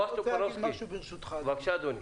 בועז טופורובסקי, בבקשה אדוני.